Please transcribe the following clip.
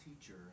teacher